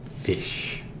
Fish